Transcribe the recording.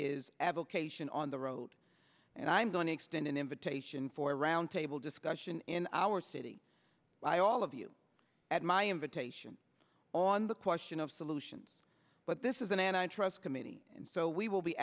avocation on the road and i'm going to extend an invitation for a roundtable discussion in our city by all of you at my invitation on the question of solutions but this is an antitrust committee and so we will be